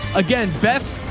again, best,